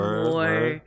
more